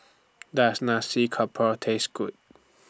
Does Nasi Campur Taste Good